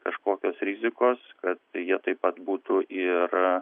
kažkokios rizikos kad jie taip pat būtų ir